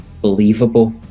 believable